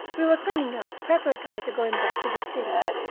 we were cleaning up preparatory to going back to the city,